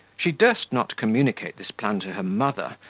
she durst not communicate this plot to her mother,